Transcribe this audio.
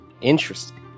Interesting